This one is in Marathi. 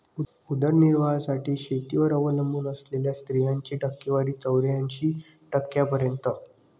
उदरनिर्वाहासाठी शेतीवर अवलंबून असलेल्या स्त्रियांची टक्केवारी चौऱ्याऐंशी टक्क्यांपर्यंत